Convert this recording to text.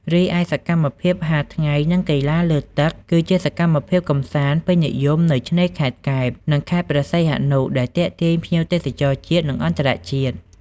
រីឯសកម្មភាពហាលថ្ងៃ និង កីឡាលើទឹក គឺជាសកម្មភាពកម្សាន្តពេញនិយមនៅឆ្នេរខេត្តកែប និងខេត្តព្រះសីហនុ ដែលទាក់ទាញភ្ញៀវទេសចរជាតិ និងអន្តរជាតិ។